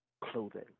clothing